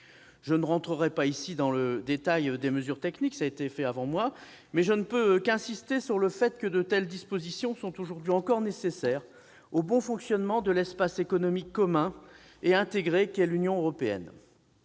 Je n'entrerai pas ici dans le détail des mesures techniques, ce qui a déjà été fait, mais je ne puis qu'insister sur le fait que de telles dispositions sont aujourd'hui encore nécessaires au bon fonctionnement de l'espace économique commun et intégré qu'est l'Union européenne.